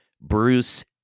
Bruce